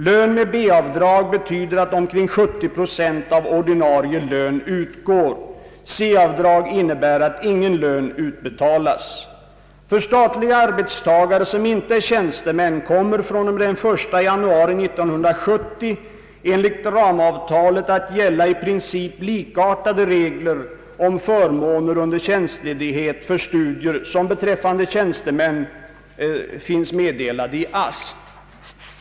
Lön med B-avdrag betyder att omkring 70 Z av ordinarie lön utgår. C-avdrag innebär att ingen lön utbetalas. För statliga arbetstagare som inte är tjänstemän kommer fr.o.m. den 1 januari 1970 enligt ramavtalet att gälla i princip likartade regler om förmåner under tjänstledighet för studier som beträffande tjänstemän finns meddelade i AST.